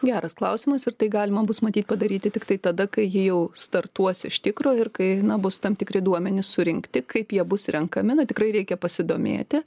geras klausimas ir tai galima bus matyt padaryti tiktai tada kai ji jau startuos iš tikro ir kai bus tam tikri duomenys surinkti kaip jie bus renkami tikrai reikia pasidomėti